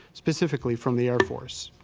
specifically from the air force.